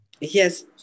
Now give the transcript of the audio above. yes